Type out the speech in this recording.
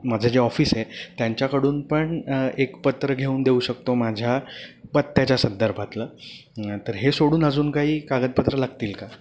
माझं जे ऑफिस आहे त्यांच्याकडून पण एक पत्र घेऊन देऊ शकतो माझ्या पत्त्याच्या संदर्भातलं तर हे सोडून अजून काही कागदपत्र लागतील का